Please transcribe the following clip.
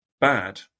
bad